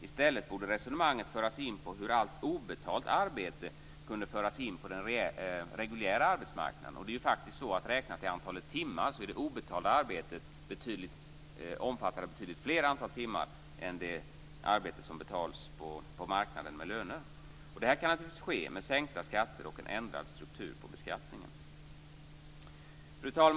I stället borde resonemanget föras in på hur allt obetalt arbete skulle kunna föras in på den reguljära arbetsmarknaden. Man kan räkna antal timmar. Det obetalda arbetet omfattar faktiskt betydligt fler antal timmar än det arbete som betalas på marknaden med löner. Det här kan naturligtvis ske med sänkta skatter och en ändrad struktur på beskattningen. Fru talman!